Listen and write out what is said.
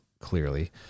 clearly